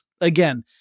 Again